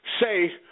say